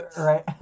Right